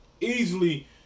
easily